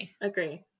agree